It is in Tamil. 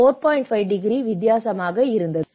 5 டிகிரி வித்தியாசமாக இருந்தது